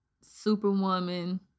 superwoman